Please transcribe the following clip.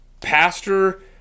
pastor